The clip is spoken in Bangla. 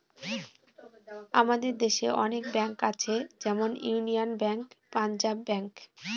আমাদের দেশে অনেক ব্যাঙ্ক আছে যেমন ইউনিয়ান ব্যাঙ্ক, পাঞ্জাব ব্যাঙ্ক